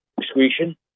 excretion